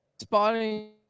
spotting